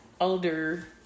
Older